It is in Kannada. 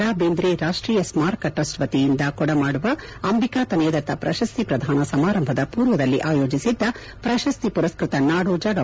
ರಾ ಬೇಂದ್ರೆ ರಾಷ್ಟೀಯ ಸ್ಮಾರಕ ಟ್ರಸ್ಟ್ ವತಿಯಿಂದ ಕೊಡಮಾಡುವ ಅಂಬಿಕಾತನಯದತ್ತ ಪ್ರಶಸ್ತಿ ಪ್ರಧಾನ ಸಮಾರಂಭದ ಪೂರ್ವದಲ್ಲಿ ಆಯೋಜಿಸಿದ್ದ ಪ್ರಶಸ್ತಿ ಪುರಸ್ಟತ ನಾಡೋಜ ಡಾ